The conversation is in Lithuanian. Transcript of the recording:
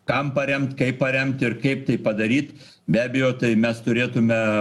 kam paremt kaip paremt ir kaip tai padaryt be abejo tai mes turėtume